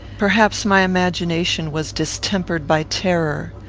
perhaps my imagination was distempered by terror.